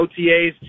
OTAs